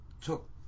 took